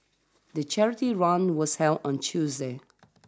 the charity run was held on Tuesday